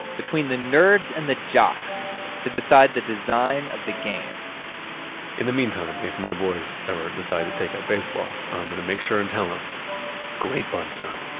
between the nerds and the jocks to decide the design of the game in the meantime, if my boys ever decide to take up baseball, i'm going to make sure and tell them great bunt, son.